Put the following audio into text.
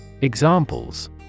Examples